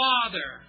Father